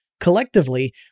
Collectively